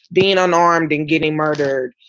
being unarmed and getting murdered.